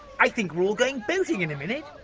i think we're all going boating in a minute,